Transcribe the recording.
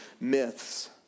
myths